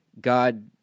God